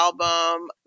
album